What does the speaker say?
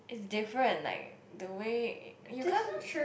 is different like the way you can't